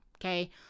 Okay